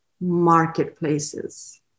marketplaces